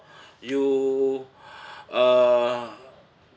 you uh